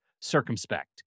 circumspect